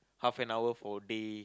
half an hour for a day